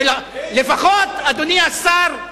אדוני השר,